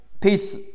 Peace